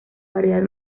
variedad